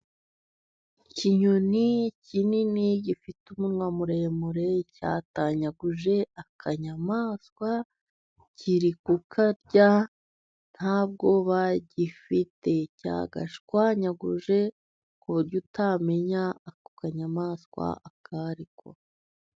Ikinyoni kinini gifite umunwa muremure cyatanyaguje akanyamaswa, kiri kukarya nta bwoba gifite, cyagashwanyaguje ku buryo utamenya ako kanyamaswa ako ariko.